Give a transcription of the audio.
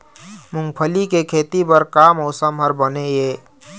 मूंगफली के खेती बर का मौसम हर बने ये?